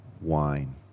wine